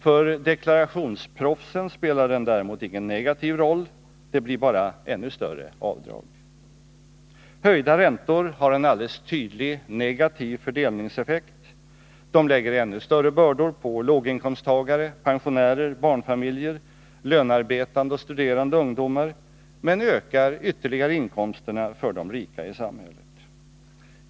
För deklarationsproffsen spelar den däremot ingen negativ roll, det blir bara ännu större avdrag. Höjda räntor har en alldeles tydlig negativ fördelningseffekt — de lägger ännu större bördor på låginkomsttagare, pensionärer, barnfamiljer, lönarbetande och studerande ungdomar men ökar ytterligare inkomsterna för de rika i samhället.